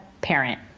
parent